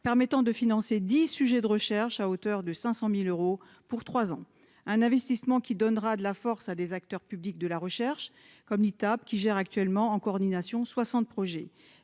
permettant de financer 10 sujet de recherche à hauteur de 500000 euros pour 3 ans, un investissement qui donnera de la force à des acteurs publics, de la recherche comme tape qui gère actuellement en coordination 60 projets